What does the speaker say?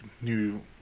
new